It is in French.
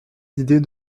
l’idée